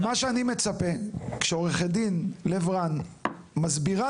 ומה שאני מצפה כשעורכת דין לב רן מסבירה